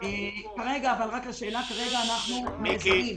אנחנו מצמצמים